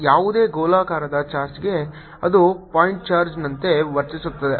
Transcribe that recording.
ಯಾವುದೇ ಗೋಳಾಕಾರದ ಚಾರ್ಜ್ಗೆ ಅದು ಪಾಯಿಂಟ್ ಚಾರ್ಜ್ನಂತೆ ವರ್ತಿಸುತ್ತದೆ